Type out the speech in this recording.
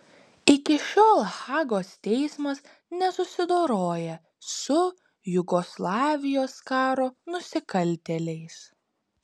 iki šiol hagos teismas nesusidoroja su jugoslavijos karo nusikaltėliais